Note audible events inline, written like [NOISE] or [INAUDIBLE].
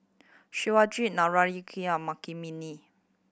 Shivaji Naraina [UNINTELLIGIBLE]